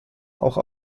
auch